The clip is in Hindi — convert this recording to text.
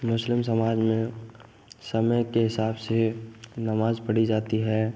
मुस्लिम समाज में समय के हिसाब से नमाज़ पढ़ी जाती है